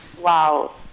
Wow